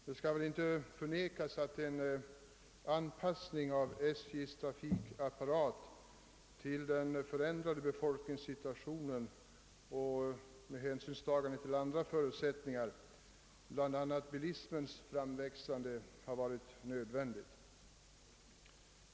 Det skall inte förnekas att en anpassning av SJ:s trafikapparat till den förändrade befolkningssituationen och med hänsynstagande till andra förutsättningar, bl.a. bilismens framväxande, har varit nödvändig.